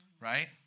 right